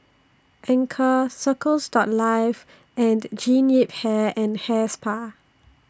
Anchor Circles Life and Jean Yip Hair and Hair Spa